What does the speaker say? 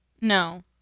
No